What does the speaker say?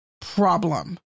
problem